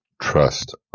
trust